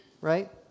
right